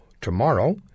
tomorrow